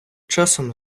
часом